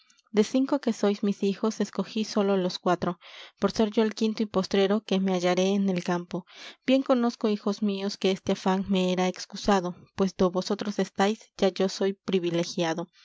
de cinco que sois mis hijos escogí sólo los cuatro por ser yo el quinto y postrero que me hallaré en el campo bien conozco hijos míos que este afán me era excusado pues do vosotros estáis ya yo soy privilegiado